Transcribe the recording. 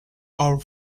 our